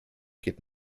geht